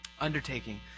undertaking